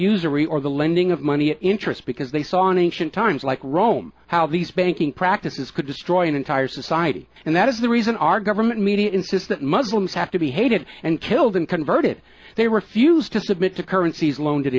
usury or the lending of money interest because they saw in ancient times like rome how these banking practices could destroy an entire society and that is the reason our government media insists that muslims have to be hated and killed and converted they refuse to submit to currencies alone